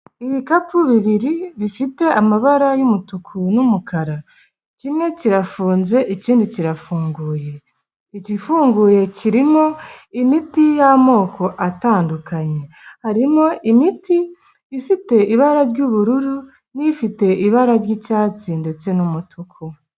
Ibikapu bibiri bifite amabara y'umutuku n'umukara, kimwe kirafunze ikindi kirafunguye, igifunguye kirimo imiti y'amoko atandukanye, harimo imiti ifite ibara ry'ubururu n'ifite ibara ry'icyatsi ndetse n'umutuku.